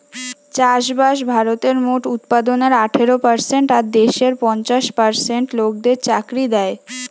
চাষবাস ভারতের মোট উৎপাদনের আঠারো পারসেন্ট আর দেশের পঞ্চাশ পার্সেন্ট লোকদের চাকরি দ্যায়